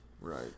Right